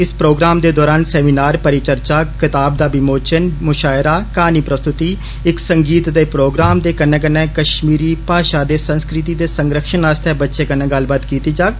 इस प्रोग्राम दे दौरान सैमीनार परिचर्चा कताब दा विमोचन मुषायरा क्हानी प्रस्तुति इक संगीत दे प्रोग्राम दे कन्नै कन्नै कष्मीरी भाशा ते संस्कृति दे संरक्षण आस्तै बच्चे कन्नै गल्लबात कीती जाग